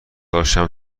داشتم